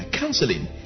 counseling